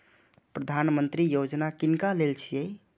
प्रधानमंत्री यौजना किनका लेल छिए?